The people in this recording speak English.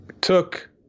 took